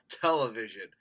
television